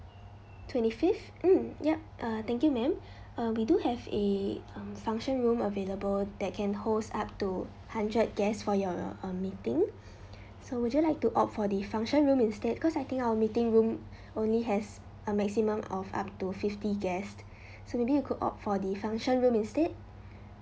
twenty fifth mm yup uh thank you ma'am uh we do have a um function room available that can host up to hundred guest for your um meeting so would you like to opt for the function room instead cause I think our meeting room only has a maximum of up to fifty guests so maybe you could opt for the function room instead